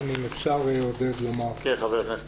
חבר הכנסת